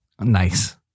Nice